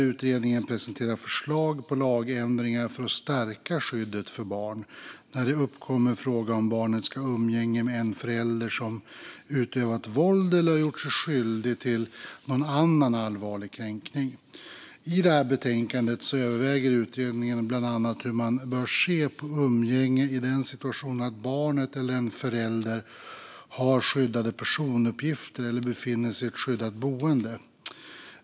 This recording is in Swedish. Utredningen presenterar förslag på lagändringar för att stärka skyddet för barn när det uppkommer fråga om barnet ska ha umgänge med en förälder som utövat våld eller gjort sig skyldig till någon annan allvarlig kränkning. I betänkandet överväger utredningen bland annat hur man bör se på umgänge i en situation där barnet eller en förälder har skyddade personuppgifter eller befinner sig i ett skyddat boende.